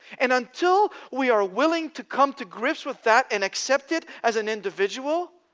and until we are willing to come to grips with that and accept it as an individual,